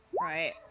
Right